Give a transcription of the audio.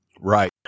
Right